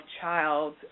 child